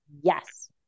Yes